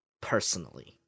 Personally